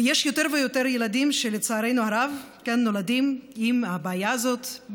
ויש יותר ויותר ילדים שלצערנו הרב נולדים עם הבעיה הזאת,